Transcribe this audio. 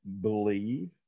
believe